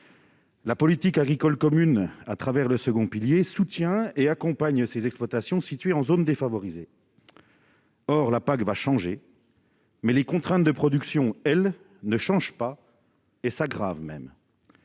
La politique agricole commune, au travers du second pilier, soutient et accompagne ces exploitations situées en zone défavorisée. Or la PAC va changer, mais les contraintes de production, elles, ne changent pas ; elles ont même